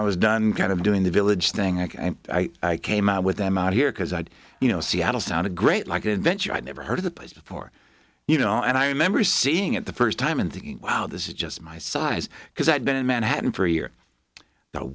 i was done kind of doing the village thing and i came out with them out here because i you know seattle sounded great like an adventure i'd never heard of the place before you know and i remember seeing it the first time and thinking wow this is just my size because i've been in manhattan for a year